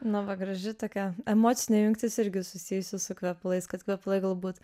na va graži tokia emocinė jungtis irgi susijusi su kvepalais kad kvepalai galbūt